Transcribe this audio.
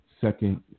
second